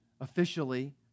officially